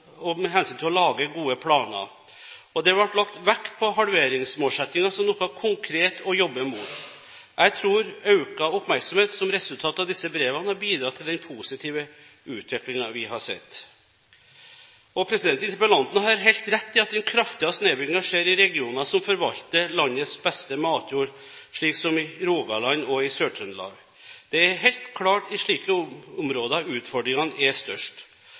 med hensyn til å lage gode planer. Det ble lagt vekt på halveringsmålsettingen som noe konkret å jobbe mot. Jeg tror økt oppmerksomhet, som resultat av disse brevene, har bidratt til den positive utviklingen vi har sett. Interpellanten har helt rett i at den kraftigste nedbyggingen skjer i regioner som forvalter landets beste matjord, slik som i Rogaland og i Sør-Trøndelag. Det er helt klart at utfordringene er størst i slike områder.